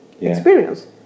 experience